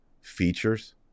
features